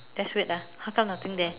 that's weird ah how come nothing there